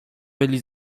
byli